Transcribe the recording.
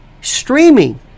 Streaming